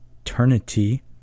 eternity